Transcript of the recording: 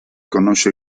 conosce